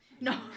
No